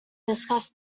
discuss